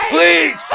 Please